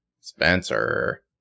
Spencer